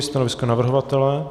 Stanovisko navrhovatele?